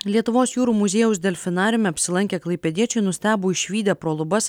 lietuvos jūrų muziejaus delfinariume apsilankę klaipėdiečiai nustebo išvydę pro lubas